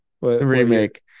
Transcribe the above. remake